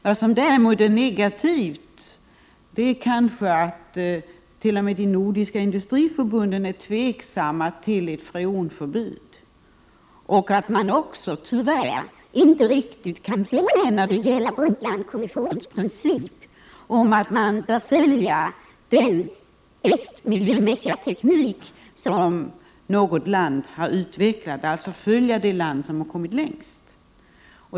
Vad som däremot är negativt är kanske att t.o.m. de nordiska industriförbunden är tveksamma till ett freonförbud, och man kan tyvärr inte riktigt följa Brundtlandkommissionens princip att man bör använda den bästa miljövänliga teknik som något land har utvecklat och alltså följa det land som har kommit längst.